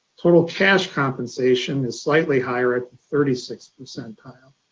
total cash compensation is slightly higher at thirty six percentile.